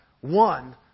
one